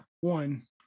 one